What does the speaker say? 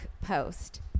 post